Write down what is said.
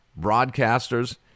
broadcasters –